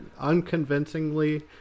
unconvincingly